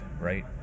right